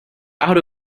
out